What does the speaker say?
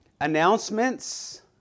announcements